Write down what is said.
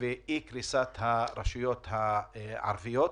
ואי-קריסת הרשויות הערביות.